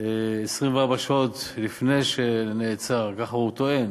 24 שעות לפני שנעצר, ככה הוא טוען,